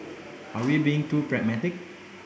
are we being too pragmatic